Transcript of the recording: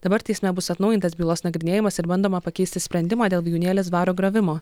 dabar teisme bus atnaujintas bylos nagrinėjimas ir bandoma pakeisti sprendimą dėl vijūnėlės dvaro griovimo